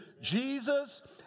Jesus